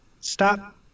Stop